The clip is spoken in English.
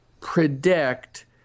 predict